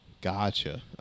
Gotcha